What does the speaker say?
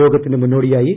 യോഗത്തിന് മുന്നോടിയായി ബി